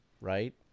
right